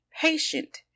patient